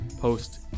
post